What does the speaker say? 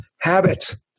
Habits